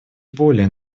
более